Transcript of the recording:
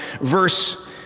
verse